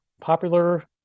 popular